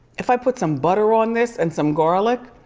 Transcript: if i put some butter on this and some garlic,